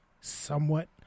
somewhat